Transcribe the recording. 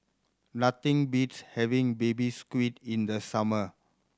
nothing beats having Baby Squid in the summer